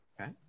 Okay